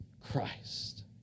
Christ